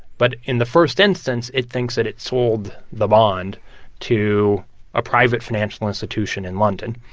but in the first instance, it thinks that it sold the bond to a private financial institution in london.